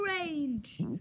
range